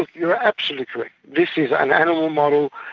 you're absolutely correct, this is an animal model,